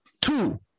two